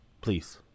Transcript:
please